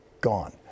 gone